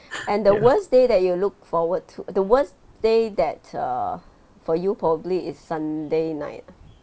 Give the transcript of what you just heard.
and the worst day that you look forward to the worst day that err for you probably is sunday night ah